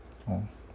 hor